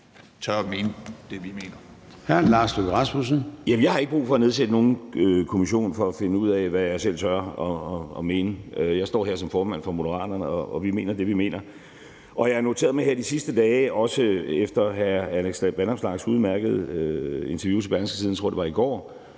jeg har ikke brug for at nedsætte nogen kommission for at finde ud af, hvad jeg selv tør mene. Jeg står her som formand for Moderaterne, og vi mener det, vi mener. Jeg har noteret mig her de sidste dage, også efter hr. Alex Vanopslaghs udmærkede interview til Berlingske i går, tror jeg det var,